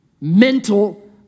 mental